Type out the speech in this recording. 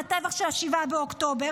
מהטבח של 7 באוקטובר,